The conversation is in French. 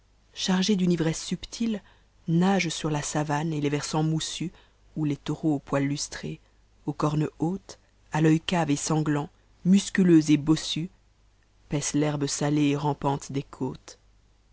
chargé d'une vresse subtile nage sur la savane et les versants moussus où lés taureaux aux poils lustrés aux cornes hantes a fœh cave et sanglant musculeux et bossus paissent l'herbe salée et rampante des côtes